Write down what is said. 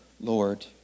Lord